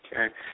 Okay